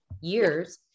years